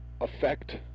affect